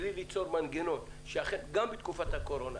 בלי ליצור מנגנון שגם בתקופת הקורונה